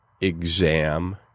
exam